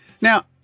Now